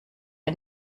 ein